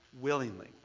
willingly